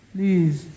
Please